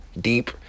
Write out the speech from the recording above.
deep